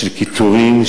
של קיטורים,